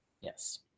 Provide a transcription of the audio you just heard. Yes